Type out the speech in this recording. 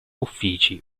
uffici